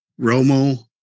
Romo